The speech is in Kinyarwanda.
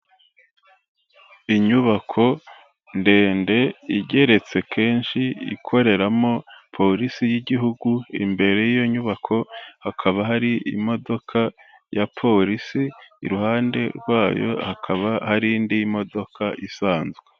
Inyubako ndende igeretse kenshi ikoreramo Polisi y'Igihugu, imbere y'iyo nyubako hakaba hari imodoka ya polisi, iruhande rwayo hakaba hari indi modoka isanzwe.